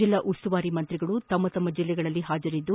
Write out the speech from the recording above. ಜಿಲ್ಲಾ ಉಸ್ತುವಾರಿ ಸಚಿವರು ತಮ್ಮ ತಮ್ಮ ಜಿಲ್ಲೆಗಳಲ್ಲಿ ಹಾಜರಿದ್ದು